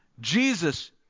Jesus